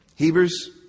Hebrews